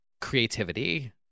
creativity